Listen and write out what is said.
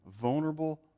vulnerable